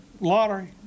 lottery